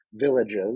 villages